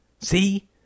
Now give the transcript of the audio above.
See